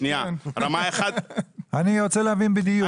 שנייה, רמה 1 --- אני רוצה להבין בדיוק.